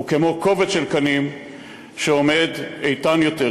וכמו קובץ של קנים שעומד איתן יותר,